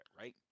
right